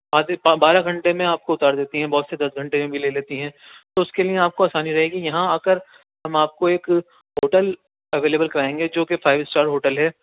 آدھے بارہ گھنٹے میں آپ کو اُتار دیتی ہیں بہت سے دس گھنٹے میں بھی لے لیتی ہیں تو اُس کے لیے آپ کو آسانی رہے گی یہاں آ کر ہم آپ کو ایک ہوٹل اویلیبل کرائیں گے جو کہ فائو اسٹار ہوٹل ہے